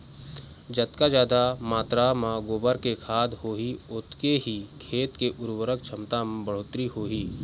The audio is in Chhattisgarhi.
जतका जादा मातरा म गोबर के खाद होही ओतके ही खेत के उरवरक छमता म बड़होत्तरी होही